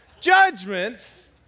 judgments